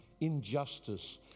injustice